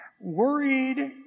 Worried